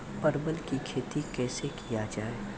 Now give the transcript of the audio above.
परवल की खेती कैसे किया जाय?